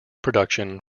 production